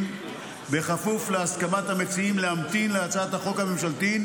בכפוף להסכמת המציעים להמתין להצעת החוק הממשלתית,